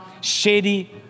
shady